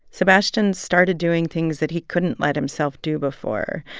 sebastian started doing things that he couldn't let himself do before.